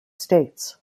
states